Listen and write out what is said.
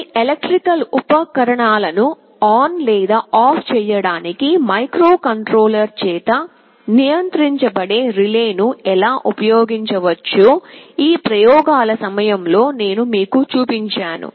కొన్ని ఎలక్ట్రికల్ ఉపకరణాలను ఆన్ లేదా ఆఫ్ చేయడానికి మైక్రోకంట్రోలర్ చేత నియంత్రించబడే రిలే ను ఎలా ఉపయోగించవచ్చో ఈ ప్రయోగాల సమూహంలో నేను మీకు చూపించాను